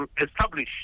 establish